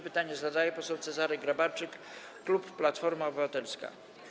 Pytanie zadaje poseł Cezary Grabarczyk, klub Platforma Obywatelska.